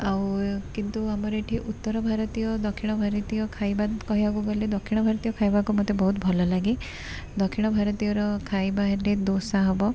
ଆଉ କିନ୍ତୁ ଆମର ଏଠି ଉତ୍ତର ଭାରତୀୟ ଦକ୍ଷିଣ ଭାରତୀୟ କହିବାକୁ ଗଲେ ଦକ୍ଷିଣ ଭାରତୀୟ ଖାଇବାକୁ ମୋତେ ବହୁତ ଭଲ ଲାଗେ ଦକ୍ଷିଣ ଭାରତୀୟର ଖାଇବା ହେଲେ ଦୋସା ହବ